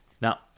Now